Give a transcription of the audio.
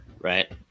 Right